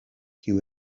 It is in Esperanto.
kiu